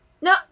No